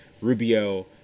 Rubio